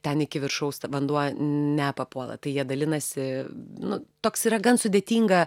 ten iki viršaus vanduo nepapuola tai jie dalinasi nu toks yra gan sudėtinga